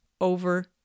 over